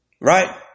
Right